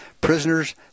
prisoners